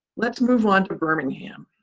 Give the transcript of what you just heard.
let's move on to birmingham.